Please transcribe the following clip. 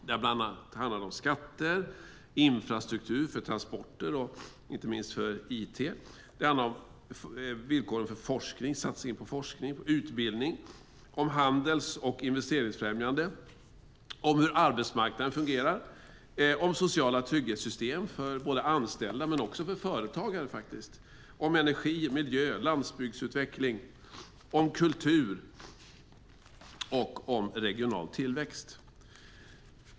Det handlar bland annat om skatter, infrastruktur för transporter och it, villkor för och satsning på forskning, utbildning, handels och investeringsfrämjande, hur arbetsmarknaden fungerar, sociala trygghetssystem för anställda och företagare, energi, miljö, landsbygdsutveckling, kultur och regional tillväxt.